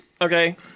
Okay